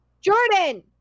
Jordan